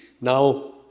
now